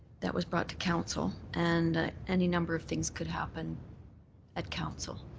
that was brought to council and any number of things could happen at council.